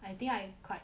I think I quite